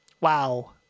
Wow